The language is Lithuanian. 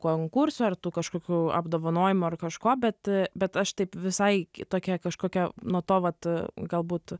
konkursų ar tų kažkokių apdovanojimų ar kažko bet bet aš taip visai kitokia kažkokia nuo to vat galbūt